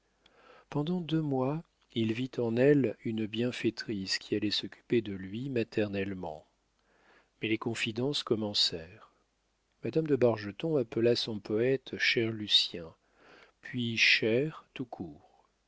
pendant deux mois il vit en elle une bienfaitrice qui allait s'occuper de lui maternellement mais les confidences commencèrent madame de bargeton appela son poète cher lucien puis cher tout court